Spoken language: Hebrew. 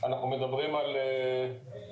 אנחנו מדברים על הקלה,